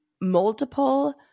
multiple